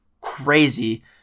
crazy